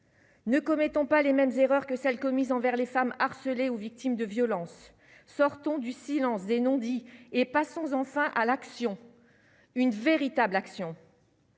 ne commettons pas les mêmes erreurs que celles commises envers les femmes harcelées ou victimes de violences, sortons du silence des non-dits et pas sans enfin à l'action, une véritable action.